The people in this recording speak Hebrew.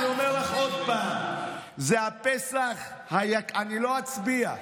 אני אומר לך עוד פעם: אני לא אצביע.